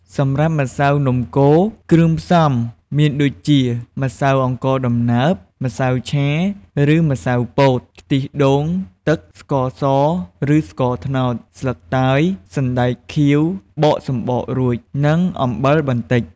សម្រាប់ម្សៅនំកូរ គ្រឿងផ្សំមានដូចជា ម្សៅអង្ករដំណើប ម្សៅឆាឬម្សៅពោត ខ្ទិះដូង ទឹក ស្ករស ឬស្ករត្នោត ស្លឹកតើយ សណ្តែកខៀវបកសំបករួច និងអំបិលបន្តិច ។